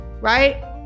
right